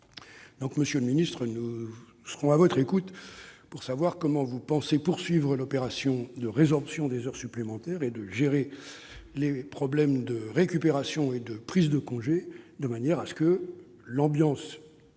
Monsieur le ministre, nous sommes à votre écoute pour savoir comment vous entendez poursuivre l'opération de résorption des heures supplémentaires et gérer les récupérations et les prises de congés de manière que l'ambiance sociale,